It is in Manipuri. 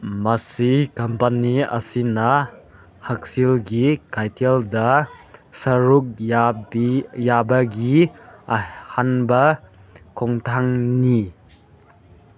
ꯃꯁꯤ ꯀꯝꯄꯅꯤ ꯑꯁꯤꯅ ꯍꯛꯁꯦꯜꯒꯤ ꯀꯩꯊꯦꯜꯗ ꯁꯔꯨꯛ ꯌꯥꯕꯒꯤ ꯑꯍꯥꯟꯕ ꯈꯣꯡꯊꯥꯡꯅꯤ